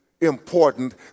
important